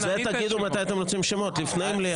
תגידו מתי אתם רוצים שמות, לפני המליאה.